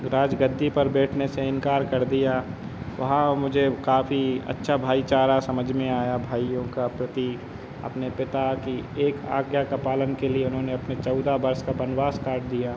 राजगद्दी पर बैठने से इंकार कर दिया वहाँ मुझे काफ़ी अच्छा भाईचारा समझ में आया भाइयों के प्रति अपने पिता की एक आज्ञा का पालन के लिए उन्होंने अपने चौदह बरस का वनवास काट दिया